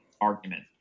argument